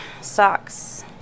socks